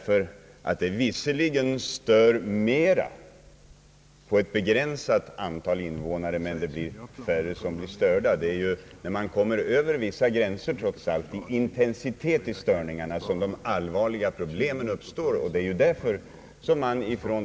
Jag hävdar emellertid fortfarande att de verkligt allvarliga problemen uppstår när bullret överskrider vissa gränser i fråga om intensitet. Där går alltså skillnaden mellan herr Strandbergs resonemang och mitt.